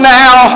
now